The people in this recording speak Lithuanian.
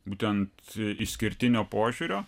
būtent išskirtinio požiūrio